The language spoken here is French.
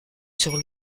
sur